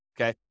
okay